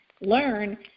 learn